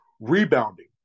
Rebounding